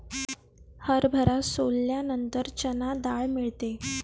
हरभरा सोलल्यानंतर चणा डाळ मिळते